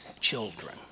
children